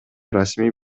расмий